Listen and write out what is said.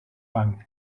rang